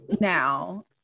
now